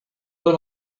was